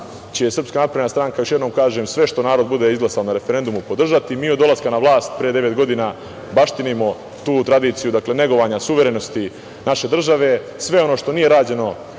što je važno jeste da će SNS, još jednom kažem, sve što narod bude izglasao na referendumu podržati. Mi od dolaska na vlast pre devet godina baštinimo tu tradiciju negovanja suverenosti naše države. Sve ono što nije rađeno